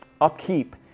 upkeep